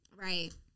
Right